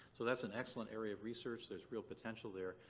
so that's an excellent area of research. there's real potential there,